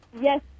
yes